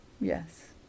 Yes